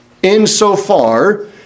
insofar